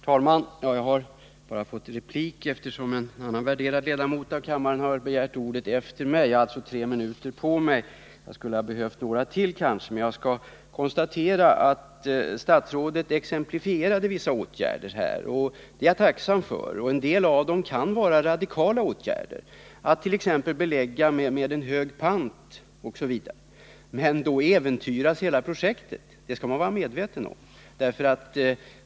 Herr talman! Jag har bara fått replik, eftersom en annan värderad ledamot av kammaren har begärt ordet. Jag har alltså endast tre minuter på mig, och jag kanske skulle ha behövt några till. Jag konstaterar att statsrådet nu exemplifierade med vissa åtgärder. Det är jag tacksam för. En del av dessa åtgärder kan vara radikala, t.ex. att införa en hög pant. Men då äventyras hela projektet — det skall vi vara medvetna om.